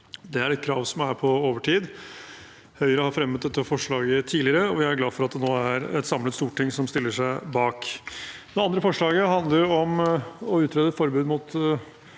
Det er et krav som er på overtid. Høyre har fremmet dette forslaget tidligere, og vi er glad for at det nå er et samlet storting som stiller seg bak. Det andre forslaget handler om å utrede forbud mot